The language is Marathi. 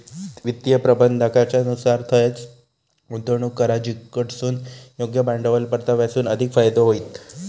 वित्तीय प्रबंधाकाच्या नुसार थंयंच गुंतवणूक करा जिकडसून योग्य भांडवल परताव्यासून अधिक फायदो होईत